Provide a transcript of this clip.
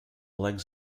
legs